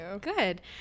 good